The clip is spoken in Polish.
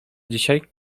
dzisiaj